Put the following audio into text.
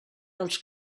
dels